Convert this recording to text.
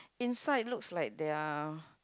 inside looks like they're